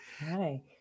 Hi